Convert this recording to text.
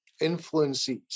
influences